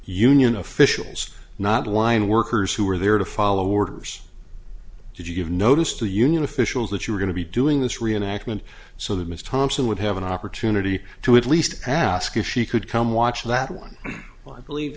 union officials not line workers who were there to follow orders did you give notice to union officials that you were going to be doing this reenactment so that ms thompson would have an opportunity to at least ask if she could come watch that one well i believe